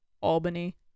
albany